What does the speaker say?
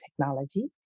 Technology